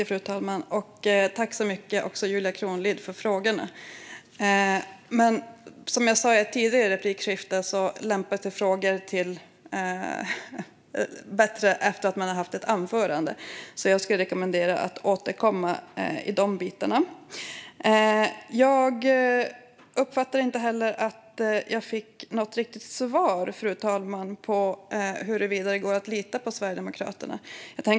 Fru talman! Jag tackar Julia Kronlid för frågorna. Som jag sa i ett tidigare replikskifte lämpar sig frågor bättre efter ett anförande. Jag rekommenderar att återkomma med de frågorna. Jag uppfattar inte heller att jag fick något riktigt svar på huruvida det går att lita på Sverigedemokraterna.